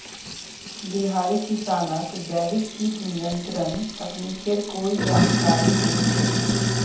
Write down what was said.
बिहारी किसानक जैविक कीट नियंत्रण तकनीकेर कोई जानकारी नइ छ